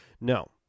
No